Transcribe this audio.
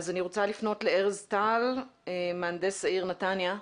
אני רוצה לפנות לארז טל, מהנדס העיר נתניה.